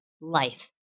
life